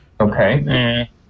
Okay